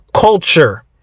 Culture